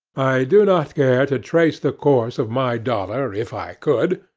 do not care to trace the course of my dollar, if i could,